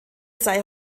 sei